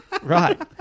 Right